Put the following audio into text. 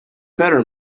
better